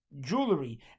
jewelry